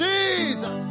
Jesus